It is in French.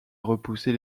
repousser